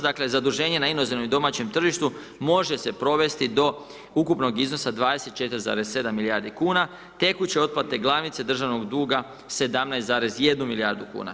Dakle, zaduženje na inozemnom i domaćem tržištu, može se provesti do ukupnog iznosa 24,7 milijarde kuna, tekuće otplate glavnice državnog duga 17,1 milijardu kuna.